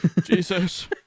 Jesus